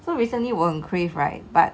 so recently 我很 crave right but